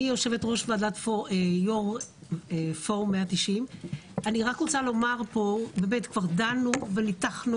אני יושבת ראש פורום 190. כבר דנו וניתחנו